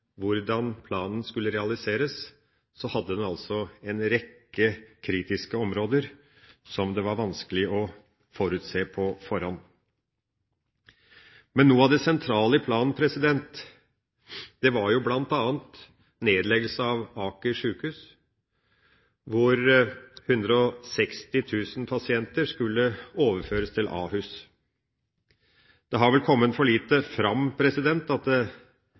hvordan planen skulle realiseres, hadde den altså en rekke kritiske områder som det var vanskelig å forutse på forhånd. Men noe av det sentrale i planen var bl.a. nedleggelse av Aker sykehus, og 160 000 pasienter skulle overføres til Ahus. Det har vel kommet for lite fram at